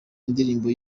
indirimbo